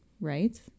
right